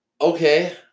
Okay